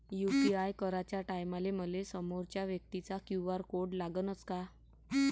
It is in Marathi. यू.पी.आय कराच्या टायमाले मले समोरच्या व्यक्तीचा क्यू.आर कोड लागनच का?